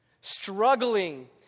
struggling